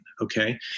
Okay